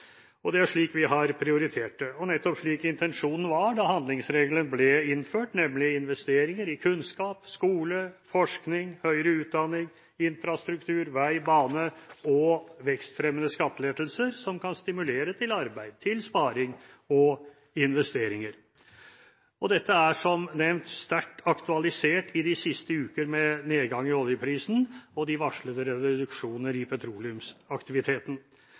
økonomien. Det er slik vi har prioritert det, og nettopp slik intensjonen var da handlingsregelen ble innført, nemlig investering i kunnskap, skole, forskning, høyere utdanning, infrastruktur, vei, bane og vekstfremmende skattelettelser som kan stimulere til arbeid, sparing og investeringer. Og dette er, som nevnt, sterkt aktualisert de siste ukene med nedgang i oljeprisen og med de varslede reduksjoner i petroleumsaktiviteten.